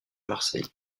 marseille